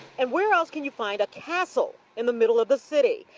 and where else can you find a castle in the middle of the city.